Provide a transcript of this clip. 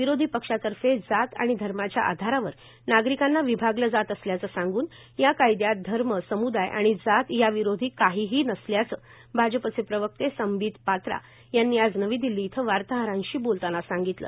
विरोधी पक्षातर्फे जात आणि धर्माच्या आधारावर नागरिकांना विभागलं जात असल्याचं सांगून या कायद्यात धर्म सम्दाय आणि जात याविरोधी काहिही नसल्याचं भाजपचे प्रवक्ते संबीत पात्रा यांनी आज नवी दिल्ली इथं वार्ताहरांशी बोलताना सांगितलं